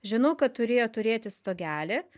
žinau kad turėjo turėti stogelį